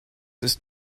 ist